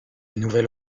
nouvelle